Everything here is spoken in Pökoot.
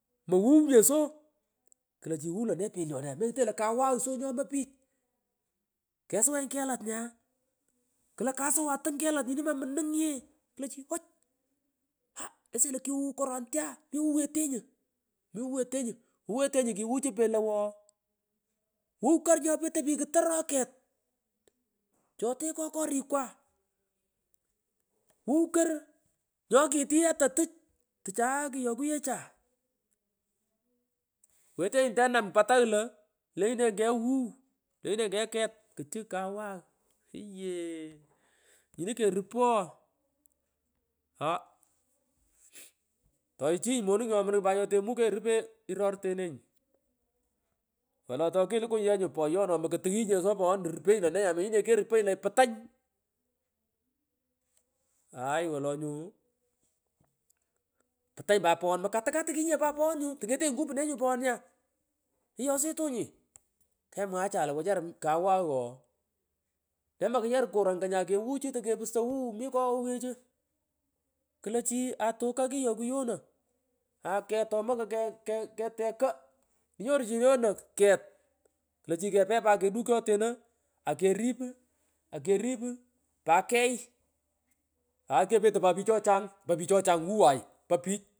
Mmowuw nyeso iklochi wuw lone pelyon nya mengutonyeso lo kawagh nyomoy pich kesuwenyi kelat nya klo kasuwan tung kelat nyini mamununganye kle chi ouch aah mesowu lo kuwuwu kororete aah mi wuwetenyi imi wuwetenyi wuwetenyi kuwawuchu pelowo wawko nyopetoy pich ktoroy ket chotekoy korikwa wuwo kor nyo oketiyhi ata tuchaye kiyo kyuyecha wetenyi tenami patang lo lenyirenyi kegh wuw lenyinenyi kegh ket kicho kawagh iyeeeeh nyini kerupu ooh aah kumung toichinyi monung nyomunung pat nyotoimukenyi rupe irortenenyi wolo tokilukunyi nyu poyon mokotuwunyi nyeso peghon irupenyii lone nya nyini keruponyi lo wechara kawaghu ooh nemakayai kor anga nya kewuchu tokepusto loughu mi kowowechu klo chi kepe pat lanukyoteno akerip akerip uu pat kegh aany kepetoy pat pich chochang pa pich chochang wuway pa pich.